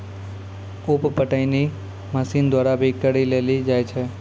उप पटौनी मशीन द्वारा भी करी लेलो जाय छै